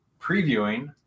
Previewing